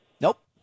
Nope